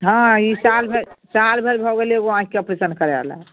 हाँ ई साल भरि साल भरि भऽ गेलै एगो आँखिके ऑपरेशन करयला